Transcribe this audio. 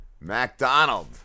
MacDonald